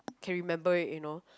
can remember it you know